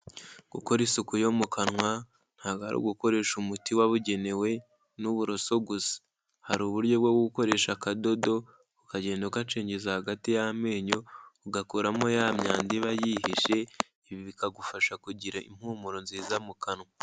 Gukora isuku yo mu kanwa, ntabwo ari ugukoresha umuti wabugenewe n'uburoso gusa. Hari uburyo bwo gukoresha akadodo, ukagenda ugacengeza hagati y'amenyo ugakuramo ya myanda iba yihishe, ibi bikagufasha kugira impumuro nziza mu kanwa.